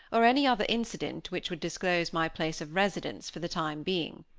or any other incident which would disclose my place of residence for the time being.